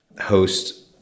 host